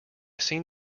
seem